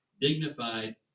dignified